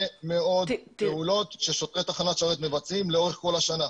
מאוד פעולות ששוטרי תחנת שרת מבצעים לאורך כל השנה.